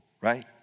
right